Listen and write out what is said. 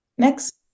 next